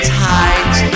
tight